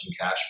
cash